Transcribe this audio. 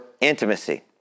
intimacy